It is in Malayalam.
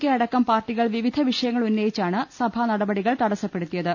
കെ അടക്കം പാർട്ടികൾ വിവിധ വിഷയങ്ങൾ ഉന്നയിച്ചാണ് സഭാ നടപടികൾ തടസ്സ്പ്പെടുത്തിയത്